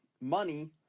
money